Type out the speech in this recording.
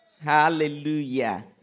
Hallelujah